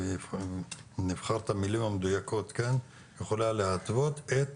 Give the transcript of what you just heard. נבחר את המילים המדויקות, יכולה להתוות את